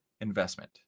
investment